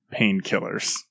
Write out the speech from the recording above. painkillers